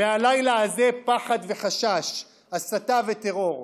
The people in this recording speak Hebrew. והלילה הזה, פחד וחשש, הסתה וטרור.